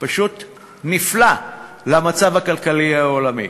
פשוט נפלא יחסית למצב הכלכלי העולמי.